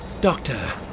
Doctor